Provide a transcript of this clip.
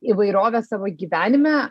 įvairovę savo gyvenime